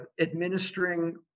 administering